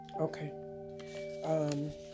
Okay